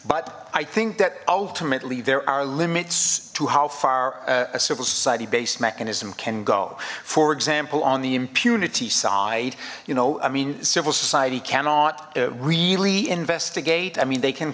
but i think that ultimately there are limits to how far a civil society based mechanism can go for example on the impunity side you know i mean civil society cannot really investigate i mean they can